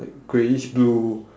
greyish blue